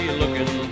looking